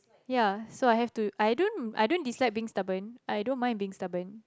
ya so I have to I don't I don't dislike being stubborn I don't mind being stubborn